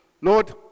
lord